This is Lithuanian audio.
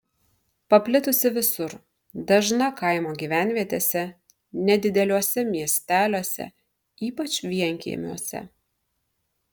paplitusi visur dažna kaimo gyvenvietėse nedideliuose miesteliuose ypač vienkiemiuose